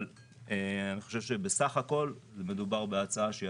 אבל אני חושב שבסך הכול מדובר בהצעה שהיא